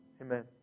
Amen